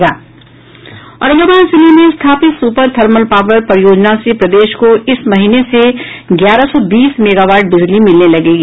औरंगाबाद जिले में स्थापित सुपर थर्मल पावर परियोजना से प्रदेश को इस महीने से ग्यारह सौ बीस मेगावाट बिजली मिलने लगेगी